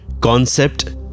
Concept